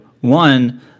One